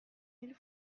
mille